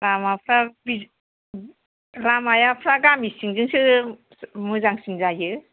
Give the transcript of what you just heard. लामाफोरा गामि सिंजोंसो मोजांसिन जायो